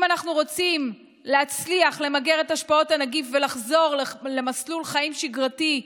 אם אנחנו רוצים להצליח למגר את השפעות הנגיף ולחזור למסלול חיים שגרתי,